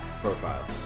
profile